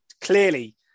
clearly